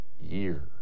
year